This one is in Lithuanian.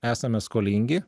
esame skolingi